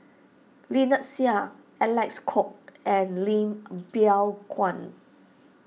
Lynnette Seah Alec Kuok and Lim Biow Chuan